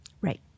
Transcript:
right